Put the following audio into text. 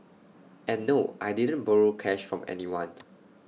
and no I didn't borrow cash from anyone